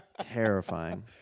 terrifying